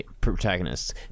protagonists